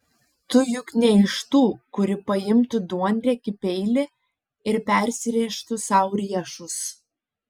tu juk ne iš tų kuri paimtų duonriekį peilį ir persirėžtų sau riešus